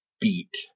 beat